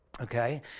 Okay